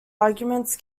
arguments